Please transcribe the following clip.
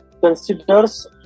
considers